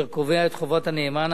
אשר קובע את חובת הנאמן.